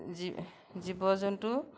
জী জীৱ জন্তু